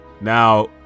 now